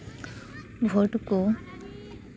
ᱵᱷᱳᱴ ᱠᱚ